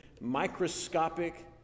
microscopic